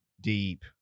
deep